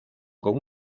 con